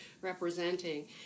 representing